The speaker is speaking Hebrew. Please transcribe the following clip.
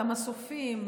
למסופים,